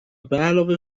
بعلاوه